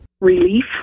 relief